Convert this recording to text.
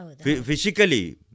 physically